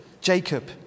Jacob